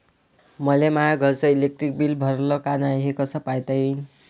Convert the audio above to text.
मले माया घरचं इलेक्ट्रिक बिल भरलं का नाय, हे कस पायता येईन?